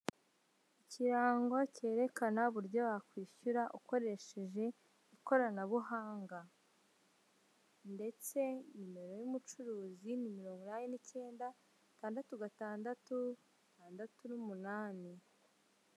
Ikirango cyerekana uburyo wakwishyura ukoresheje ikoranabuhanga, ndetse nimero y'ubucuruzi ni mirongo inani n'icyenda, tandatu gatandatu, tandatu n'umunani.